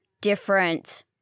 different